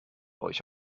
euch